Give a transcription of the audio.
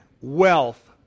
Wealth